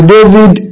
David